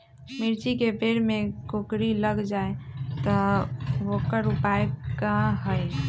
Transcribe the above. मिर्ची के पेड़ में कोकरी लग जाये त वोकर उपाय का होई?